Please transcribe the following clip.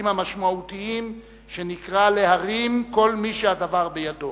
המשמעותיים שנקרא להרים כל מי שהדבר בידו.